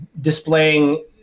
displaying